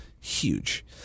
huge